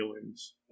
feelings